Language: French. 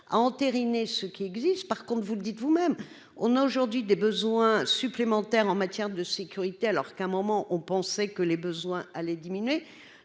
à entériner ce qui existe, par contre, vous le dites vous-même, on a aujourd'hui des besoins supplémentaires en matière de sécurité alors qu'un moment, on pensait que les besoins à les diminuer,